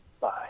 Bye